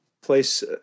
place